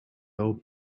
old